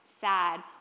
sad